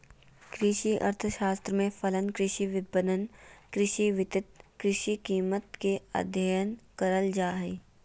कृषि अर्थशास्त्र में फलन, कृषि विपणन, कृषि वित्त, कृषि कीमत के अधययन करल जा हइ